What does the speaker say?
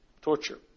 torture